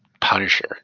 Punisher